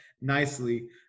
nicely